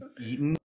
eaten